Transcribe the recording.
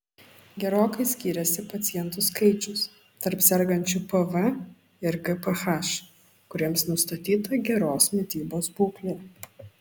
gerokai skyrėsi pacientų skaičius tarp sergančių pv ir gph kuriems nustatyta geros mitybos būklė